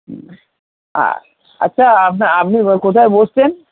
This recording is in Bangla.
হুম আচ্ছা আপনি কোথায় বসছেন